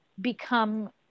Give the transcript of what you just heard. become